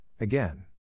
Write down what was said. again